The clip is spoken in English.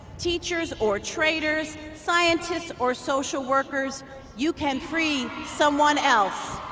teachers or traders, scientists or social workers you can free someone else.